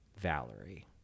valerie